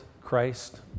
Christ